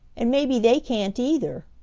and maybe they can't either.